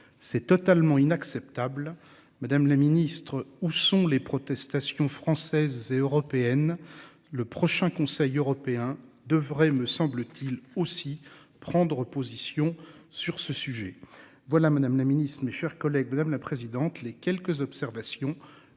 C'est totalement inacceptable. Madame la ministre, où sont les protestations françaises et européennes. Le prochain conseil européen devrait, me semble-t-il aussi prendre position sur ce sujet. Voilà. Madame la Ministre, mes chers collègues, madame la présidente, les quelques observations